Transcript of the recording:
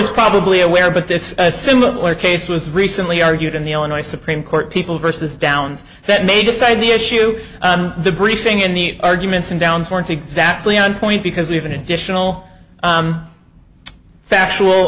e probably aware but this is a similar case was recently argued in the illinois supreme court people versus downs that may decide the issue the briefing in the arguments and downs weren't exactly on point because we have an additional factual